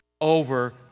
over